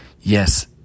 Yes